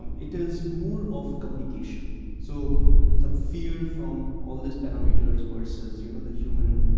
it is more of communication. so the fear from all these parameters versus you know the human